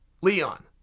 Leon